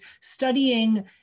studying